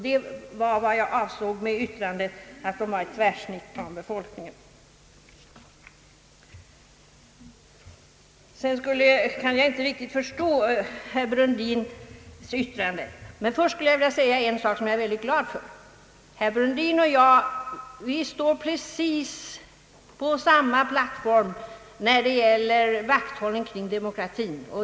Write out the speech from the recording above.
Det var vad jag avsåg med yttrandet att de representerade ett tvärsnitt av befolkningen. Först skulle jag vilja säga att jag är glad att herr Brundin och jag står på precis samma plattform vad gäller vakthållningen kring demokratin.